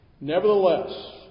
Nevertheless